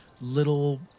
little